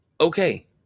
Okay